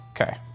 okay